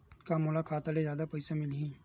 का मोला खाता से जादा पईसा मिलही?